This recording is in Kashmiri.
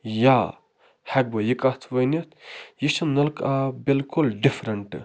یا ہٮ۪کہٕ بہٕ یہِ کَتھ ؤنِتھ یہِ چھِ نَلکہٕ آب بِلکُل ڈِفرَنٛٹ